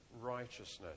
righteousness